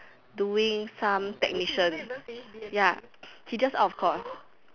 doing some technician ya he just out of course